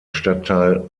stadtteil